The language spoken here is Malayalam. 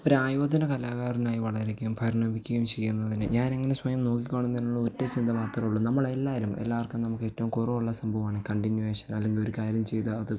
ഒരായോധനകലാകാരനായി വളരുകയും പരിണമിക്കുകയും ചെയ്യുന്നതിന് ഞാനങ്ങനെ സ്വയം നോക്കിക്കൊണ്ടു നിന്നുള്ള ഒറ്റ ചിന്ത മാത്രമേയുള്ളു നമ്മളെല്ലാവരും എല്ലാവർക്കും നമുക്കേറ്റവും കുറവുള്ള സംഭവമാണ് കണ്ടിന്യൂവേഷനല്ലെങ്കിലൊരു കാര്യം ചെയ്താൽ അത്